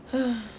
!huh!